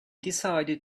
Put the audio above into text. decided